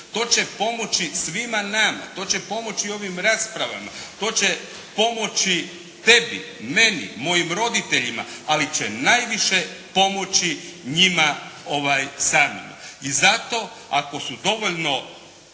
To će pomoći svima nama, to će pomoći ovim raspravama, to će pomoći tebi, meni, mojim roditeljima ali će najviše pomoći njima samima. I zato ako su dovoljno